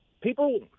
people